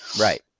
Right